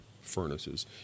furnaces